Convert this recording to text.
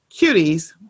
Cuties